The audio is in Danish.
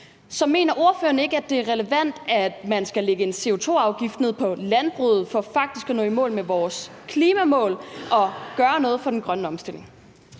Så mener ordføreren ikke, at det er relevant, at man skal lægge en CO2-afgift ned på landbruget for faktisk at nå i mål med vores klimamål og gøre noget for den grønne omstilling?